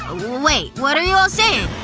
ah wait, what are you all saying?